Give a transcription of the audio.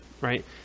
right